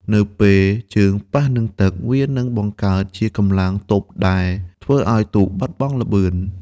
នៅពេលជើងប៉ះនឹងទឹក វានឹងបង្កើតជាកម្លាំងទប់ដែលធ្វើឱ្យទូកបាត់បង់ល្បឿន។